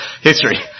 History